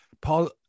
Paul